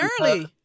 early